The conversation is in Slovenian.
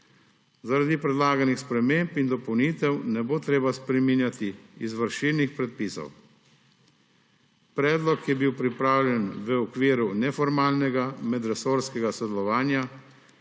Zaradi predlaganih sprememb in dopolnitev ne bo treba spreminjati izvršilnih predpisov. Predlog je bil pripravljen v okviru neformalnega medresorskega sodelovanja